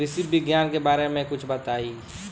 कृषि विज्ञान के बारे में कुछ बताई